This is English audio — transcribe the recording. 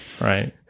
right